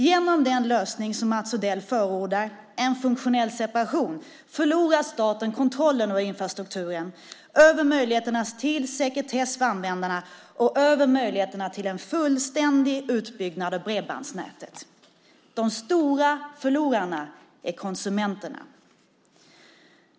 Genom den lösning som Mats Odell förordar - en funktionell separation - förlorar staten kontrollen över infrastrukturen, över möjligheterna till sekretess för användarna och över möjligheterna till en fullständig utbyggnad av bredbandsnätet. De stora förlorarna är konsumenterna.